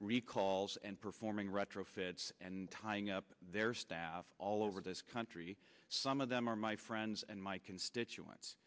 recalls and performing retrofits and tying up their staff all over this country some of them are my friends and my constituents